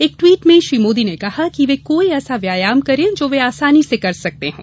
एक ट्वीट में श्री मोदी ने कहा कि वे कोई ऐसा व्यायाम करें जो वे आसानी से कर सकते हों